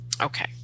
Okay